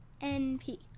NP